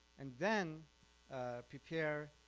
and then prepare,